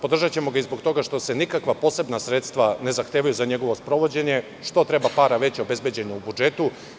Podržaćemo ga i zbog toga što se nikakva posebna sredstva ne zahtevaju za njegovo sprovođenje, što treba para već obezbeđena u budžetu.